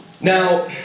Now